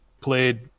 played